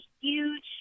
huge